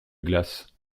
glace